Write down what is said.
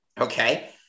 okay